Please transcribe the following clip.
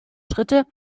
schritte